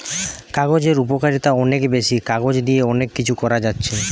কাগজের উপকারিতা অনেক বেশি, কাগজ দিয়ে অনেক কিছু করা যাচ্ছে